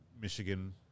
Michigan